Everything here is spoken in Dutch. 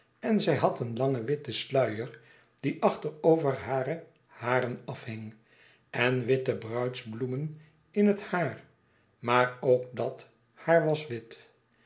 en zij had een langen witten sluier die achter over hare haren afhing en witte bruidsbloemen in het haar maar ook dat haar was wit